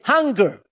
Hunger